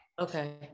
Okay